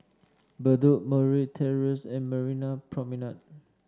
bedok Murray Terrace and Marina Promenade